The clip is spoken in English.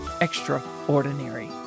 extraordinary